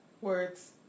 Words